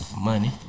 Money